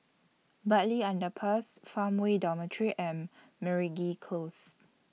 Bartley Underpass Farmway Dormitory and Meragi Close